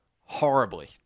horribly